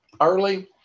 early